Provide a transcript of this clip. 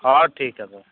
ᱦᱳᱭ ᱴᱷᱤᱠ ᱜᱮᱭᱟ ᱛᱚᱵᱮ